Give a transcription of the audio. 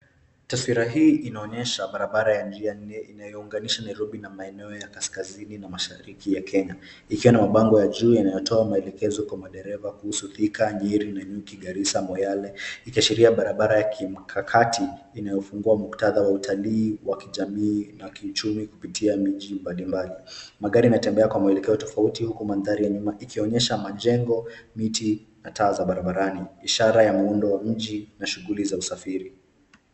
Taswira hii inaonyesha barabara ya njia nne inayounganisha Nairobi na maeneo ya kaskazini na mashariki ya Kenya, ikiwa na mabango ya juu yanayotoa maelekezo kwa madereva kuhusu Thika, Nyeri, Nanyuki, Garisa na Moyale ikiashiria barabara ya kimkakati inayofungua muktadha wa utalii, kijamii, na kiuchumi kupitia miji mbalimbali. Magari yanatembea kwa mwelekeo tofauti huku mandhari ya nyuma ikionyesha majengo, miti, na taa za barabarani. Ishara ya muundo wa mji na shughuli za usafiri.